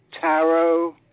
taro